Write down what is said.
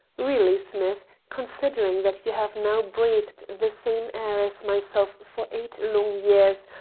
really, smith, considering that you have now breathed the same air as myself for eight long years,